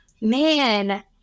Man